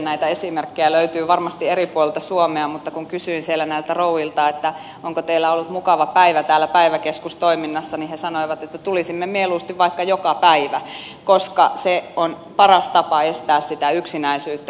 näitä esimerkkejä löytyy varmasti eri puolilta suomea mutta kun kysyin siellä näiltä rouvilta onko teillä ollut mukava päivä täällä päiväkeskustoiminnassa niin he sanoivat että tulisimme mieluusti vaikka joka päivä koska se on paras tapa estää sitä yksinäisyyttä